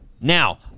Now